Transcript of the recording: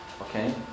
Okay